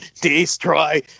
destroy